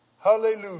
Hallelujah